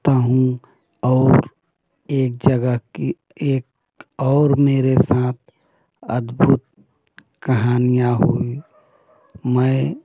आता हूँ और एक जगह की एक और मेरे साथ अद्भुत कहाँनिया हुई मैं